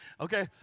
Okay